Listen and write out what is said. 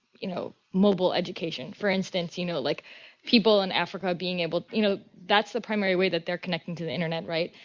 you know, mobile education. for instance, you know, like people in africa being able you know, that's the primary way that they're connecting to the internet, right?